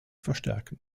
verstärken